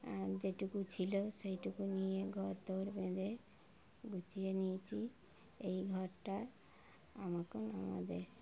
আর যেটুকু ছিল সেটুকু নিয়ে ঘর দোর বেঁধে গুছিয়ে নিয়েছি এই ঘরটা এখন আমাদের